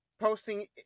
posting